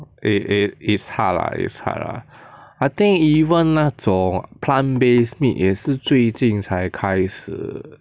eh eh is hard lah it's hard I think even 那种 plant based meat 也是最近才开始